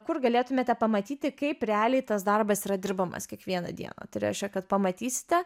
kur galėtumėte pamatyti kaip realiai tas darbas yra dirbamas kiekvieną dieną tai reiškia kad pamatysite